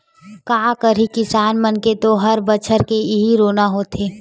का करही किसान मन के तो हर बछर के इहीं रोना होथे